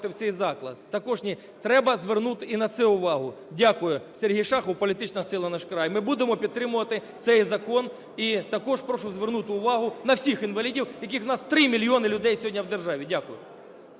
в цей заклад? Також ні. Треба звернути і на це увагу. Дякую. Сергій Шахов, політична сила "Наш край". Ми будемо підтримувати цей закон. І також прошу звернути увагу на всіх інвалідів, яких у нас 3 мільйони людей сьогодні в державі. Дякую.